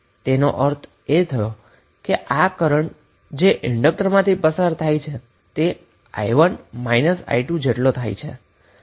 તેનો અર્થ એ થયો કે આ એ કરન્ટ છે કે જે ઈન્ડક્ટરમાંથી વહે છે અને તે i1 i2 જેટલો થશે